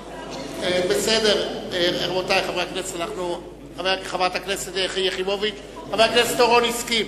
בסדר, חבר הכנסת אורון הסכים.